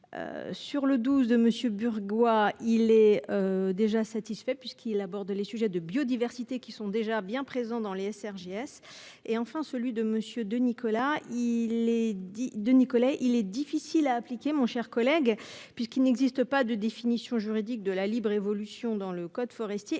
Sur le 12 de monsieur Bourgois, il est. Déjà satisfait puisqu'il aborde les sujets de biodiversité qui sont déjà bien présent dans l'est est-ce RJS et enfin celui de monsieur de Nicolas il est dit de Nicolas il est difficile à appliquer. Mon cher collègue, puisqu'il n'existe pas de définition juridique de la libre évolution dans le code forestier